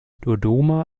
dodoma